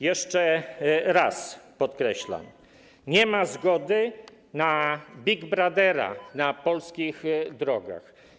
Jeszcze raz podkreślam: nie ma zgody na Big Brothera na polskich drogach.